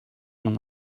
man